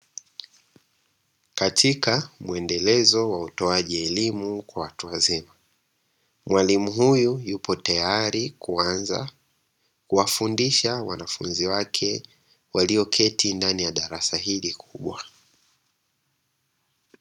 Katika mwendelezo wa utoaji elimu kwa watu wazima, mwalimu huyu yupo tayari kuanza kuwafundisha wanafunzi wake; walioketi ndani ya darasa hili kubwa.